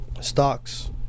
stocks